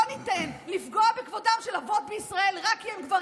לא ניתן לפגוע בכבודם של אבות בישראל רק כי הם גברים.